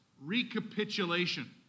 recapitulation